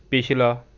ਪਿਛਲਾ